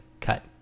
cut